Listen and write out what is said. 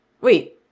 Wait